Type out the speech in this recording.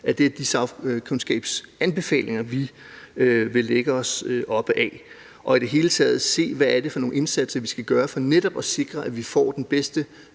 og sundhedsmæssigt anvendeligt, vi vil læne os op ad. Og i det hele taget vil vi se på, hvad det er for nogle indsatser, vi skal gøre for netop at sikre, at vi får den bedste